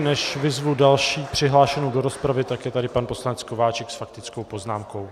Než vyzvu další přihlášenou do rozpravy, tak je tady pan poslanec Kováčik s faktickou poznámkou.